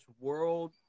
world